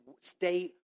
stay